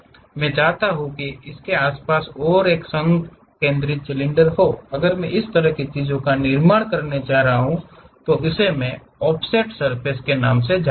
मैं चाहता हूं कि मेरे आसपास एक और संकेंद्रित सिलेंडर हो अगर मैं इस तरह की चीज का निर्माण करने जा रहा हूं जिसे हम इस ऑफसेट सर्फ़ेस कहते हैं